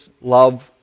love